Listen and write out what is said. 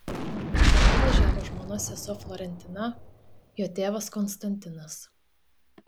kartu važiavo žmonos sesuo florentina jo tėvas konstantinas